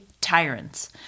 tyrants